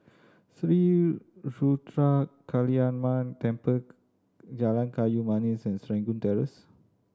Sri Ruthra Kaliamman Temple Jalan Kayu Manis and Serangoon Terrace